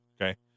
Okay